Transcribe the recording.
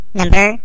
number